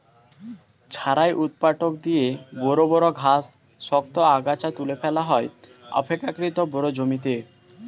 ঝাড়াই ঊৎপাটক দিয়ে বড় বড় ঘাস, শক্ত আগাছা তুলে ফেলা হয় অপেক্ষকৃত বড় জমিতে